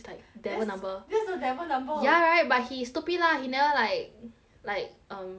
is like devil number that's that's the devil number ya right but he stupid lah he never like like um